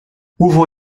hoeveel